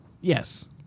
Yes